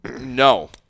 No